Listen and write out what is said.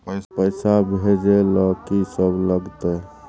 पैसा भेजै ल की सब लगतै?